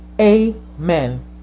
Amen